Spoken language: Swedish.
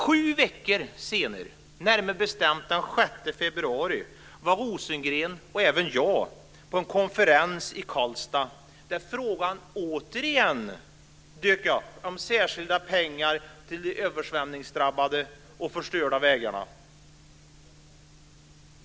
Sju veckor senare, närmare bestämt den 6 februari, var Rosengren och även jag på en konferens i Karlstad där frågan återigen dök upp om särskilda pengar till de översvämningsdrabbade och förstörda vägarna.